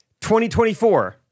2024